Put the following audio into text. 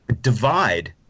divide